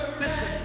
Listen